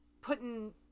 putting